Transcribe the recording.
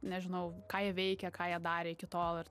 nežinau ką jie veikė ką jie darė iki tol ir